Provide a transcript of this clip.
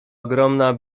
ogromna